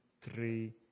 three